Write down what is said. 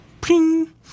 Ping